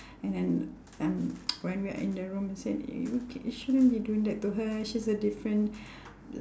and then um when we are in the room he said you c~ shouldn't be doing that to her she's a different